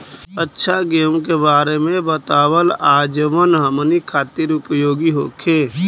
अच्छा गेहूँ के बारे में बतावल जाजवन हमनी ख़ातिर उपयोगी होखे?